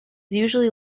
usually